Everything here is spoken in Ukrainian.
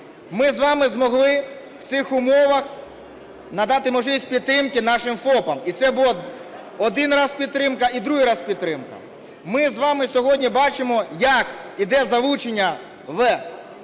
Ми з вами змогли в цих умовах надати можливість підтримки нашим ФОПам. І це була один раз підтримка, і другий раз підтримка. Ми з вами сьогодні бачимо, як іде залучення в